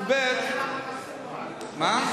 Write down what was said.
מה?